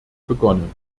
begonnen